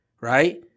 Right